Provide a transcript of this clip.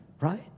right